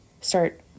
start